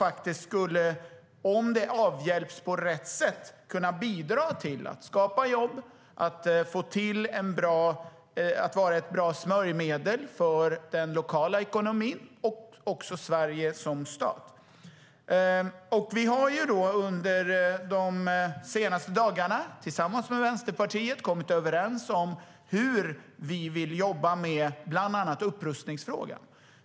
Det skulle faktiskt kunna bidra till att skapa jobb och vara ett bra smörjmedel för den lokala ekonomin och för Sverige som stat om det avhjälps på rätt sätt. Vi har under de senaste dagarna tillsammans med Vänsterpartiet kommit överens om hur vi vill jobba med bland annat upprustningsfrågan.